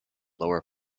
lower